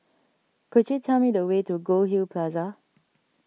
could you tell me the way to Goldhill Plaza